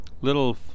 little